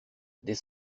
des